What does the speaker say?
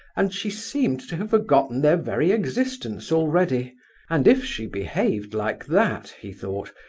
and she seemed to have forgotten their very existence already and if she behaved like that, he thought,